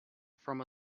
from